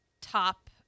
top